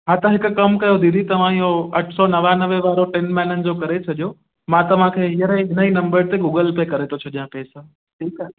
हा तव्हां हिकु कमु कयो दीदी तव्हां इहो अठ सौ नवानवे टिनि महिननि जो करे छॾियो मां तव्हां खे हींअर हिन ई नम्बर ते गूगल पे करे थो छॾियां पैसा ठीकु आहे